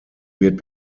wird